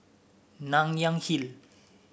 Nanyang Hill